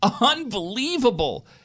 unbelievable